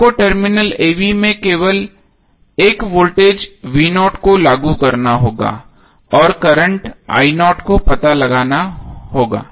आपको terminal a b में केवल एक वोल्टेज को लागू करना होगा और करंट को पता करना होगा